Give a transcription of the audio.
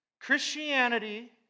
Christianity